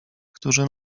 którzy